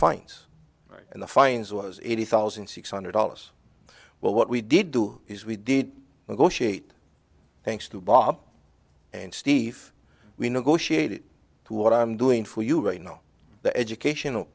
fines and the fines was eighty thousand six hundred dollars well what we did do is we did go sheet thanks to bob and steve we negotiated to what i'm doing for you right now the educational